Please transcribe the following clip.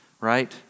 right